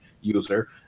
user